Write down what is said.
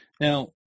Now